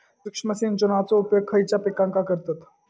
सूक्ष्म सिंचनाचो उपयोग खयच्या पिकांका करतत?